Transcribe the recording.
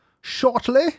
shortly